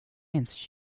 ens